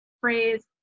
phrase